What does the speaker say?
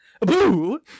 Boo